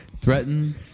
threaten